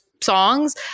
songs